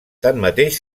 tanmateix